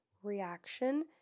reaction